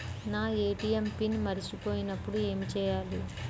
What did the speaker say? నా ATM PIN మరచిపోయినప్పుడు ఏమి చేయాలి?